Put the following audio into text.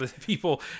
people